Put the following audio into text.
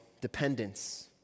dependence